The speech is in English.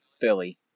Philly